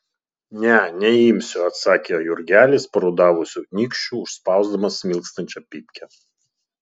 ne neimsiu atsakė jurgelis parudavusiu nykščiu užspausdamas smilkstančią pypkę